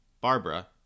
Barbara